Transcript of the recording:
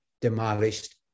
demolished